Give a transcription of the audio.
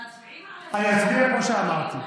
אני אצביע כמו שאמרתי.